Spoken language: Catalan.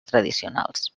tradicionals